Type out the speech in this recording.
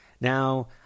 now